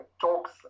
talks